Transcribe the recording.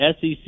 SEC